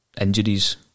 injuries